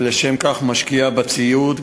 ולשם כך היא משקיעה בציוד,